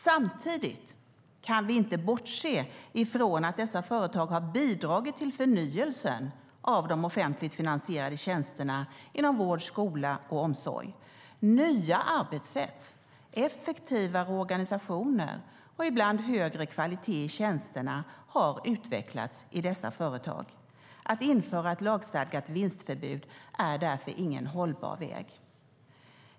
Samtidigt kan vi inte bortse från att dessa företag har bidragit till förnyelsen av de offentligt finansierade tjänsterna inom vård, skola och omsorg. Nya arbetssätt, effektivare organisationer och ibland högre kvalitet i tjänsterna har utvecklats i dessa företag. Att införa ett lagstadgat vinstförbud är därför ingen hållbar väg.